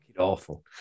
awful